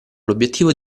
l’obbiettivo